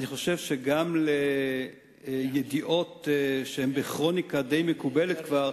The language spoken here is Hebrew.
אני חושב שגם לידיעות שהן בכרוניקה די מקובלת כבר,